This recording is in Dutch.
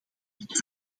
dit